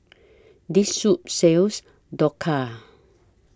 This Soup sells Dhokla